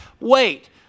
wait